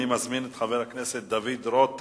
אני מזמין את חבר הכנסת דוד רותם,